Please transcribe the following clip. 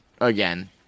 again